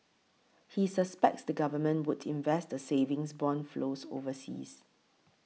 he suspects the government would invest the savings bond flows overseas